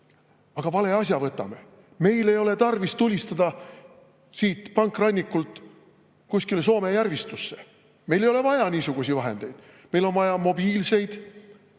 aga vale asja võtame. Meil ei ole tarvis tulistada siit pankrannikult kuskile Soome järvistusse. Meil ei ole vaja niisuguseid vahendeid. Meil on vaja mobiilseid